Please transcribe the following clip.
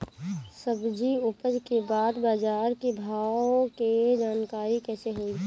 सब्जी उपज के बाद बाजार के भाव के जानकारी कैसे होई?